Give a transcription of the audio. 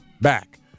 back